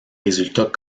résultats